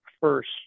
first